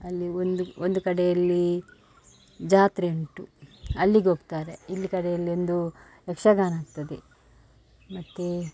ಅಲ್ಲಿ ಒಂದು ಒಂದು ಕಡೆಯಲ್ಲಿ ಜಾತ್ರೆ ಉಂಟು ಅಲ್ಲಿಗೋಗ್ತಾರೆ ಇಲ್ಲಿ ಕಡೆಯಲ್ಲೊಂದು ಯಕ್ಷಗಾನ ಆಗ್ತದೆ ಮತ್ತು